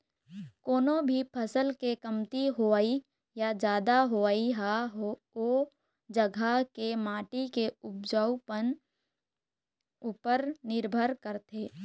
कोनो भी फसल के कमती होवई या जादा होवई ह ओ जघा के माटी के उपजउपन उपर निरभर करथे